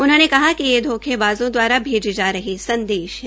उन्होंने कहा कि ये धोखेबाज़ों दवारा भेजे जा रहे संदेश है